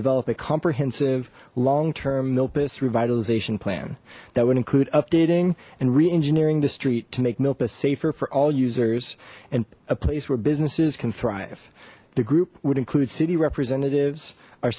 develop a comprehensive long term milpas revitalization plan that would include updating and re engineering the street to make milpas safer for all users and a place where businesses can thrive the group would include city representatives